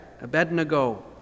Abednego